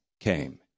came